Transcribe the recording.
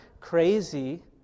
crazy